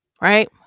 Right